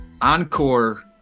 Encore